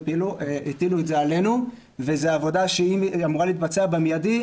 הטילו את זה עלינו וזו עבודה שאם היא אמורה להתבצע במיידי,